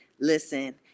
listen